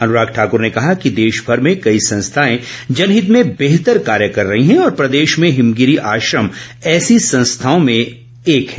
अनुराग ठाकुर ने कहा कि देशभर में कई संस्थाएं जनहित में बेहतर कार्य कर रही हैं और प्रदेश में हिमगिरी आश्रम ऐसी संस्थाओं में एक है